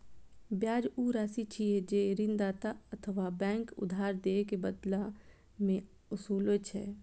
ब्याज ऊ राशि छियै, जे ऋणदाता अथवा बैंक उधार दए के बदला मे ओसूलै छै